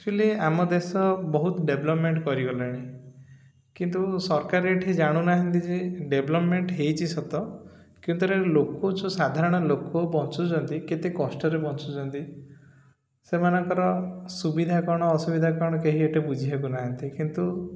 actually ଆମ ଦେଶ ବହୁତ ଡେଭଲପ୍ମେଣ୍ଟ କରିଗଲାଣି କିନ୍ତୁ ସରକାର ଏଠି ଜାଣୁନାହାନ୍ତି ଯେ ଡେଭଲପମେଣ୍ଟ ହେଇଛି ସତ କିୁ ଲୋକ ଯେଉଁ ସାଧାରଣ ଲୋକ ବଞ୍ଚୁଛନ୍ତି କେତେ କଷ୍ଟରେ ବଞ୍ଚୁଛନ୍ତି ସେମାନଙ୍କର ସୁବିଧା କ'ଣ ଅସୁବିଧା କ'ଣ କେହି ଏଠି ବୁଝିବାକୁ ନାହାନ୍ତି କିନ୍ତୁ